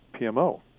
PMO